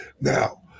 now